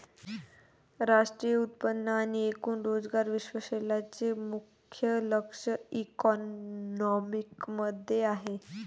राष्ट्रीय उत्पन्न आणि एकूण रोजगार विश्लेषणाचे मुख्य लक्ष मॅक्रोइकॉनॉमिक्स मध्ये आहे